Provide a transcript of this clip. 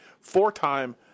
four-time